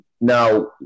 Now